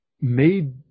made